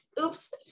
Oops